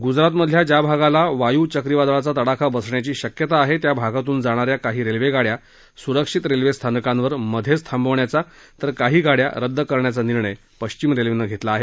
गुजरातमधल्या ज्या भागाला वायू चक्रीवादळाचा तडाखा बसण्याची शक्यता आहे त्या भागातून जाणा या काही रेल्वेगाडयासुरक्षित स्थानकांवर मध्येच थांबवण्याचा तर काही गाडया रद्द करण्याचा निर्णय पश्विम रेल्वेनं घेतला आहे